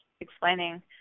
explaining